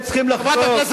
בואו תכינו,